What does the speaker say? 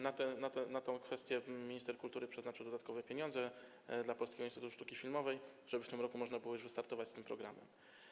Na tę kwestię minister kultury przeznaczył dodatkowe pieniądze dla Polskiego Instytutu Sztuki Filmowej, żeby w tym roku można było już wystartować z tym programem.